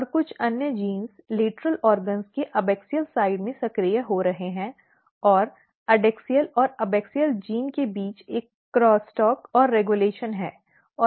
और कुछ अन्य जीन लेटरल अंगों के एबॅक्सिअल पक्ष में सक्रिय हो रहे हैं और एडैक्सियल और एबाक्सिअल जीन के बीच एक क्रॉसस्टॉक और रेगुलेशन है